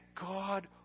God